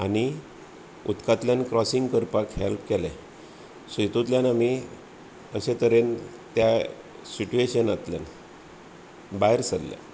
आनी उदकांतल्यान क्रोसींग करपाक हॅल्प केलें सो हेतुंतल्यान आमी अशें तरेन त्या सिचुएशनांतल्यान भायर सरले